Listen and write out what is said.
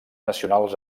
nacionals